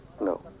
No